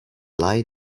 lied